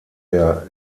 der